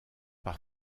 par